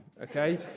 okay